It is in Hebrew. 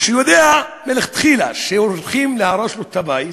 ויודע מלכתחילה שהולכים להרוס לו את הבית,